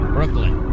Brooklyn